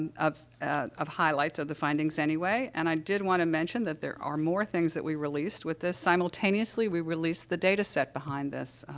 and of, ah of highlights of the findings anyway, and i did want to mention that there are more things that we released with this. simultaneously, we released the data set behind this